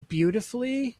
beautifully